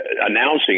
announcing